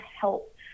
help